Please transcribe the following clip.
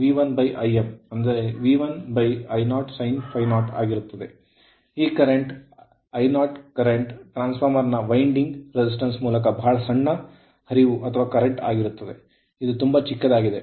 ಈ I0 current ಪ್ರವಾಹವು transformer ನ ವೈಂಡಿಂಗ್ ರೆಸಿಸ್ಟೆನ್ಸ್ ಮೂಲಕ ಬಹಳ ಸಣ್ಣ currentಹರಿವು ಇದು ತುಂಬಾ ಚಿಕ್ಕದಾಗಿದೆ